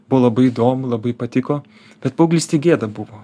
buvo labai įdomu labai patiko bet paauglystėj gėda buvo